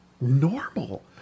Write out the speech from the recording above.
normal